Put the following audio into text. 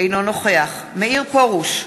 אינו נוכח מאיר פרוש,